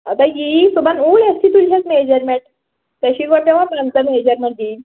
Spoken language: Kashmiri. اَدے یہِ یی صُبحن اوٗرۍ أتھیتھٕے تُلۍزٮ۪س میٚجرمٮ۪نٛٹ ژےٚ چھِی گۄڈٕ پٮ۪وان پنٛژاہ میٚجرمٮ۪نٛٹ دِنۍ